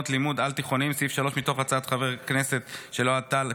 סעיף 2 מתוך הצעת חוק של חבר הכנסת ניסים ואטורי,